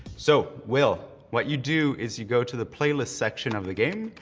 so, will, what you do is you go to the playlist section of the game,